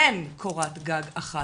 אין קורת גג אחת.